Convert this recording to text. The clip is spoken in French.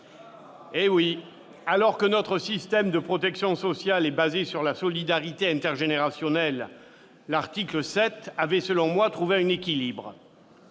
hausse. Alors que notre système de protection sociale est fondé sur la solidarité intergénérationnelle, l'article 7 de ce texte avait selon moi trouvé un équilibre.